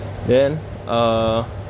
then uh